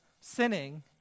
sinning